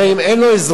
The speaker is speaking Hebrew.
הרי אם אין לו אזרחות,